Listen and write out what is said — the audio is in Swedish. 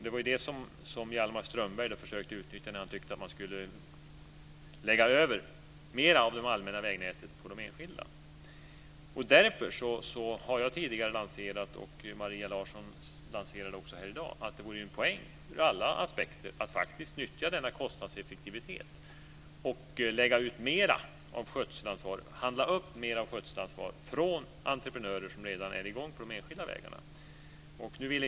Det var det som Hjalmar Strömberg försökte utnyttja och föreslog att man skulle lägga över mer av det allmänna vägnätet på enskilda. Därför har jag tidigare sagt att det vore en poäng, ur alla aspekter, att faktiskt utnyttja denna kostnadseffektivitet och upphandla mer skötselansvar från entreprenörer som redan är i gång på de enskilda vägarna. Maria Larsson lanserade det också här i dag.